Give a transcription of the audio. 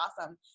awesome